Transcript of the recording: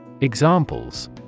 Examples